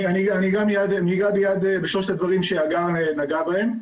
אני אגע מיד בשלושת הדברים שהגר נגעה בהם.